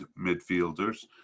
midfielders